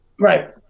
Right